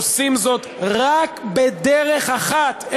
עושים זאת רק בדרך אחת,